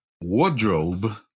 wardrobe